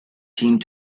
seemed